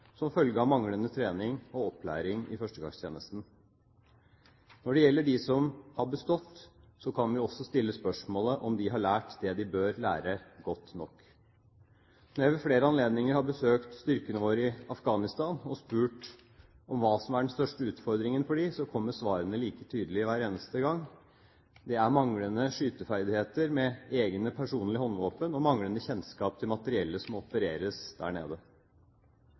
som følge av manglende trening og opplæring i førstegangstjenesten. Når det gjelder dem som har bestått, kan vi også stille spørsmålet om de har lært det de bør lære, godt nok. Når jeg ved flere anledninger har besøkt styrkene våre i Afghanistan og spurt om hva som er den største utfordringen for dem, kommer svarene like tydelig hver eneste gang. Det er manglende skyteferdigheter med eget håndvåpen og manglende kjennskap til materiellet som det opereres med der nede.